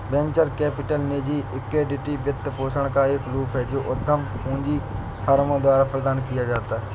venture capital निजी equity वित्तपोषण का एक रूप है जो उद्यम पूंजी फर्मों द्वारा प्रदान किया जाता है